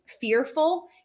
fearful